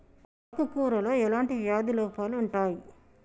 ఆకు కూరలో ఎలాంటి వ్యాధి లోపాలు ఉంటాయి?